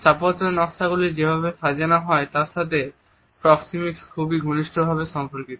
স্থাপত্য নকশাগুলি যেভাবে সাজানো হয় তার সাথে প্রক্সিমিক্স খুবই ঘনিষ্ঠভাবে সম্পর্কিত